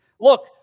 Look